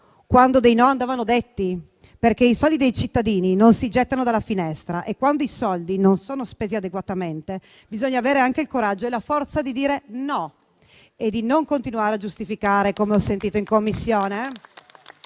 quando dei no andavano detti, perché i soldi dei cittadini non si gettano dalla finestra e quando i soldi non sono spesi adeguatamente, bisogna avere anche il coraggio e la forza di dire no e di non continuare a giustificare, come ho sentito in Commissione